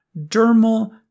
dermal